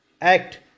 act